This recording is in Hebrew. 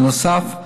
בנוסף,